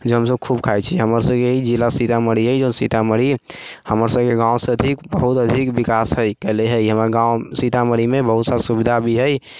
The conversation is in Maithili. जे हमसब खूब खाइ छिए हमर सबके ई जिला सीतामढ़ी हइ जौन सीतामढ़ी हमर सबके गाँवसँ भी बहुत अधिक विकास हइ कएले हइ हमर सबके गाँव सीतामढ़ीमे बहुत सारा सुविधा भी हइ